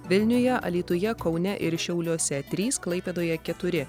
vilniuje alytuje kaune ir šiauliuose trys klaipėdoje keturi